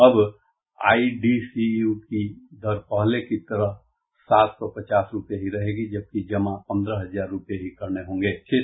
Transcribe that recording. अब आईडीसीयू की की दर पहले की तरह सात सौ पचास रुपये ही रहेगी जबकि जमा पन्द्रह हजार रुपये की करने होंगे